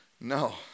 No